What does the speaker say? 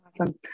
Awesome